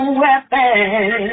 weapon